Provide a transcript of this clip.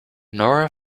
nora